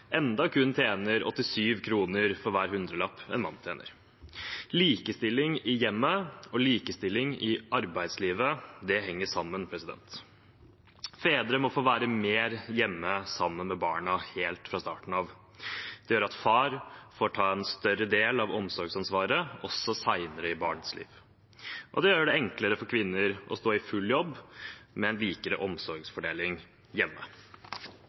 tjener kun 87 kr for hver hundrelapp en mann tjener. Likestilling i hjemmet og likestilling i arbeidslivet henger sammen. Fedre må få være mer hjemme sammen med barna helt fra starten av. Det gjør at far får ta en større del av omsorgsansvaret også senere i barnets liv, og det gjør det enklere for kvinner å stå i full jobb med en likere omsorgsfordeling hjemme.